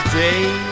Today